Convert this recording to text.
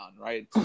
right